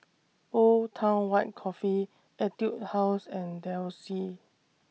Old Town White Coffee Etude House and Delsey